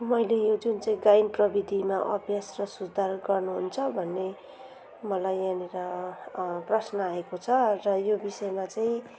मैले यो जुन चाहिँ गायन प्रवृतिमा अभ्यास र सुधार गर्नुहुन्छ भन्ने मलाई यहाँनिर प्रश्न आएको छ र यो विषयमा चाहिँ